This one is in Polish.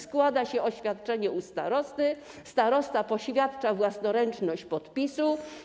Składa się oświadczenie u starosty, starosta poświadcza własnoręczność podpisu.